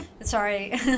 sorry